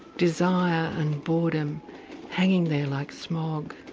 desire and boredom hanging there like smog.